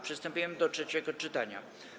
Przystępujemy do trzeciego czytania.